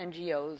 NGOs